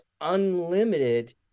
unlimited